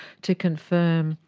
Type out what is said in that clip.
to confirm,